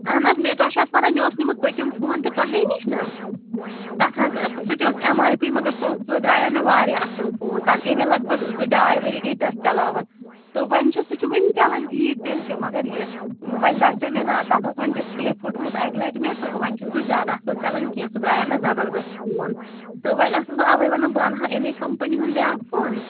اَہَن حظ تۄہہِ چھُو حظ پتہ مےٚ اوس نیٚومُت پٔتِم فون تہِ تۄہے نِش نہ تَتھ حظ سُہ تہِ اوس ایٚم آیکُے مگر سُہ اوس سُہ درایو مےٚ واریاہ اصٕل فون تَتھ گٔے مےٚ لگ بگ زٕ ڈاے ؤری گٔے تٔتھۍ چلاوان تہٕ وۄنۍ چھِ سُہ چھُ وٕنہِ تہِ چلان ٹھیٖک تیٚلہِ تہِ مگر یہِ وۄنۍ باسیٚو مےٚ نا تَتھ ٲسۍ وۄنۍ ڈِسپٕلے فوٚٹمُت اَکہِ لَٹہِ مےٚ تہٕ وۄنۍ چھُنہٕ سُہ زیادٕ اصٕل چلان کیٚنٛہہ سُہ درایو مےٚ زبردست فون تہٕ وۄنۍ ٲسٕس بہٕ اَوٕے وَنان بہٕ اَنہٕ ہا أمے کمپٔنی ہُنٛد بیاکھ فون